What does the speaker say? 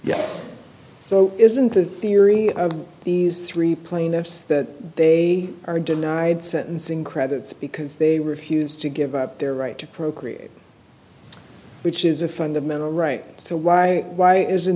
so isn't a theory these three plaintiffs that they are denied sentencing credits because they refused to give up their right to procreate which is a fundamental right so why isn't